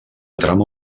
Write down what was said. trama